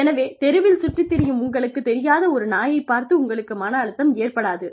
எனவே தெருவில் சுற்றித் திரியும் உங்களுக்குத் தெரியாத ஒரு நாயைப் பார்த்து உங்களுக்கு மன அழுத்தம் ஏற்படாது